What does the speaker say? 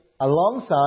alongside